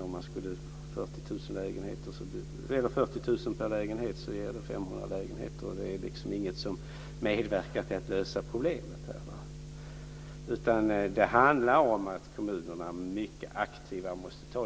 Om det är 40 000 kr per lägenhet så ger det 500 lägenheter, och det är inget som medverkar till att lösa problemet. Det handlar i stället om att kommunerna mycket aktivare måste ta